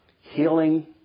healing